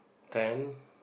then